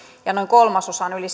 ja noin kolmasosa on yli